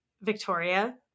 Victoria